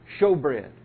Showbread